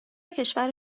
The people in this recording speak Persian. کشور